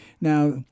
Now